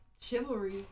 chivalry